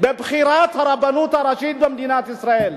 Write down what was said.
בבחירת הרבנות הראשית במדינת ישראל.